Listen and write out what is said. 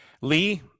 Lee